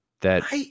that-